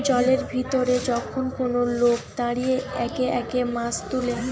জলের ভিতরে যখন কোন লোক দাঁড়িয়ে একে একে মাছ তুলে